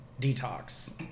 detox